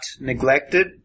neglected